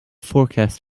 forecast